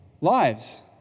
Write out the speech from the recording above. lives